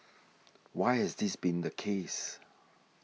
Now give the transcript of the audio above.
why has this been the case